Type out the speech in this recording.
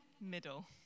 middle